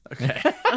Okay